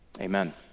amen